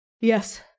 Yes